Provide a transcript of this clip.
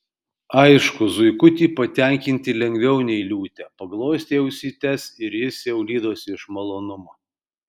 aišku zuikutį patenkinti lengviau nei liūtę paglostei ausytes ir jis jau lydosi iš malonumo